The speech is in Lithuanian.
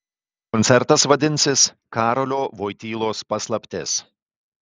koncertas vadinsis karolio voitylos paslaptis